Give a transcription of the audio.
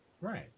Right